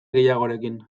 gehiagorekin